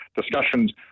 discussions